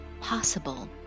possible